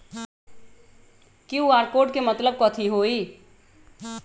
QR code के मतलब कथी होई?